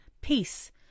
peace